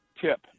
tip